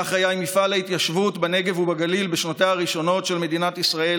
כך היה עם מפעל ההתיישבות בנגב ובגליל בשנותיה הראשונות של מדינת ישראל,